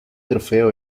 trofeo